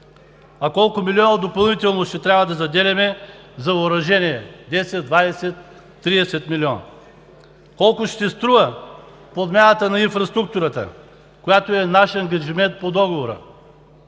Колко милиона допълнително ще трябва да заделяме за въоръжение: 10, 20, 30 милиона? Колко ще струва подмяната на инфраструктурата, която е наш ангажимент по Договора?